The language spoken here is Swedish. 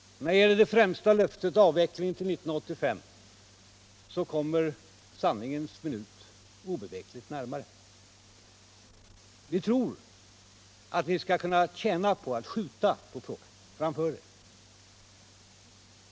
När det gäller det främsta löftet, avveckling till 1985, kommer sanningens minut obevekligt närmare. Ni tror att ni skall kunna tjäna på att skjuta frågan framför er.